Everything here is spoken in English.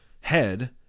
head